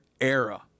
era